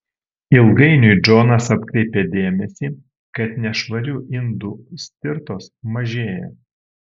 ilgainiui džonas atkreipė dėmesį kad nešvarių indų stirtos mažėja